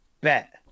bet